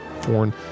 foreign